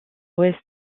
ouest